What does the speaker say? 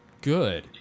Good